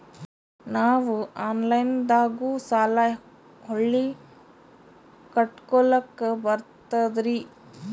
ನಾವು ಆನಲೈನದಾಗು ಸಾಲ ಹೊಳ್ಳಿ ಕಟ್ಕೋಲಕ್ಕ ಬರ್ತದ್ರಿ?